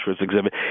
exhibit